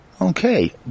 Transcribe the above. Okay